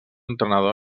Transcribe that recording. entrenador